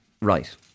right